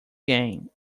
gain